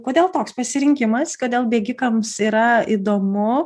kodėl toks pasirinkimas kodėl bėgikams yra įdomu